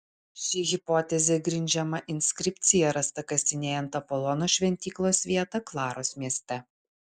ši hipotezė grindžiama inskripcija rasta kasinėjant apolono šventyklos vietą klaros mieste